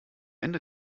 ende